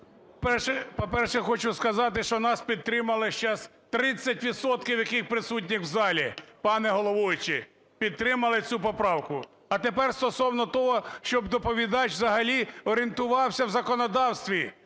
По-перше, хочу сказати, що нас підтримали зараз 30 відсотків, які присутні в залі, пане головуючий. Підтримали цю поправку. А тепер стосовно того, щоб доповідач взагалі орієнтувався в законодавстві.